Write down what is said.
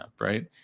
right